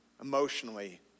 emotionally